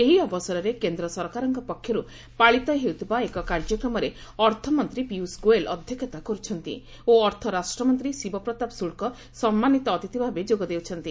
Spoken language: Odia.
ଏହି ଅବସରରେ କେନ୍ଦ୍ର ସରକାରଙ୍କ ପକ୍ଷରୁ ପାଳିତ ହେଉଥିବା ଏକ କାର୍ଯ୍ୟକ୍ରମରେ ଅର୍ଥମନ୍ତ୍ରୀ ପିୟୁଷ ଗୋଏଲ ଅଧ୍ୟକ୍ଷତା କରୁଛନ୍ତି ଓ ଅର୍ଥ ରାଷ୍ଟ୍ରମନ୍ତ୍ରୀ ଶିବପ୍ରତାପ ଶୁଳ୍କ ସମ୍ମାନୀତ ଅତିଥିଭାବେ ଯୋଗଦେଇଛନ୍ତି